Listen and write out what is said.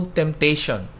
temptation